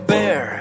Bear